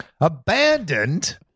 Abandoned